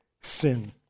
sin